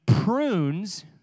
prunes